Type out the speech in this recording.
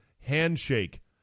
handshake